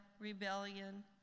rebellion